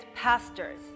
pastors